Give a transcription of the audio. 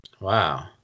Wow